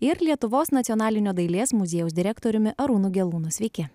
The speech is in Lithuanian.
ir lietuvos nacionalinio dailės muziejaus direktoriumi arūnu gelūnu sveiki